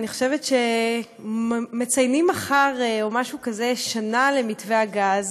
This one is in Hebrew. אני חושבת שמציינים מחר או משהו כזה שנה למתווה הגז,